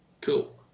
Cool